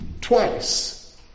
twice